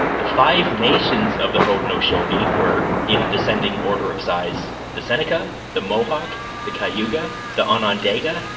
the five nations of the haudenosaunee were, in descending order of size, the seneca, the mohawk, the cayuga, the onondaga,